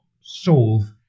solve